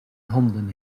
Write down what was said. handen